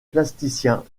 plasticiens